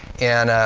and,